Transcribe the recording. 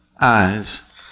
eyes